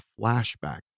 flashback